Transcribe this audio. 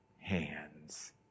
hands